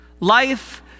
Life